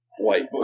white